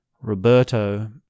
Roberto